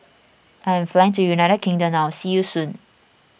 I am flying to United Kingdom now see you soon